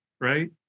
right